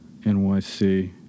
NYC